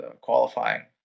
qualifying